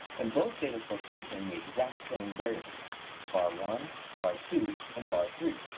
and, both data sets contained the exact same variables v a r one, v a r two, and v a r three.